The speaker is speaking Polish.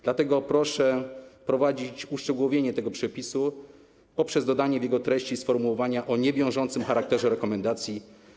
Dlatego proszę wprowadzić uszczegółowienie tego przepisu poprzez dodanie w jego treści sformułowania o niewiążącym charakterze rekomendacji.